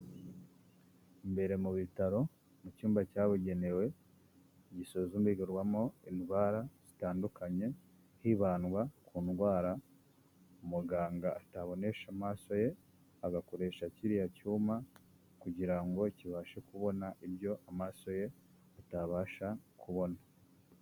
Imbere mu bitaro mu cyumba cyabugenewe gisuzumirwamo indwara zitandukanye, hibandwa ku ndwara umuganga atabonenesha amaso ye, agakoresha kiriya cyuma kugira ngo kibashe kubona ibyo amaso ye atabasha kubona.